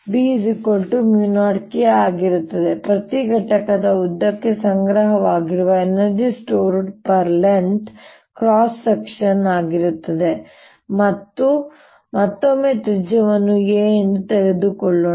ಆದ್ದರಿಂದB0K ಆಗಿರುತ್ತದೆ ಪ್ರತಿ ಘಟಕದ ಉದ್ದಕ್ಕೆ ಸಂಗ್ರಹವಾಗಿರುವ Energy stored length cross section ಆಗಿರುತ್ತದೆ ನಾವು ಮತ್ತೊಮ್ಮೆ ತ್ರಿಜ್ಯವನ್ನು a ಎಂದು ತೆಗೆದುಕೊಳ್ಳೋಣ